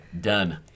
Done